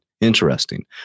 Interesting